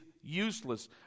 useless